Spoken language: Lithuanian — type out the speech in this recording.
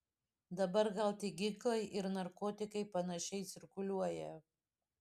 dabar gal tik ginklai ir narkotikai panašiai cirkuliuoja